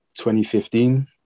2015